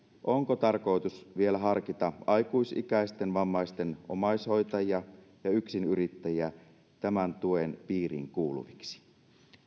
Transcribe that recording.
onko tarkoitus vielä harkita aikuisikäisten vammaisten omaishoitajia ja yksinyrittäjiä tämän tuen piiriin kuuluviksi